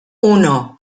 uno